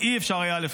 לא היה אפשר לפספס.